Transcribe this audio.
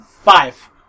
Five